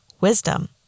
wisdom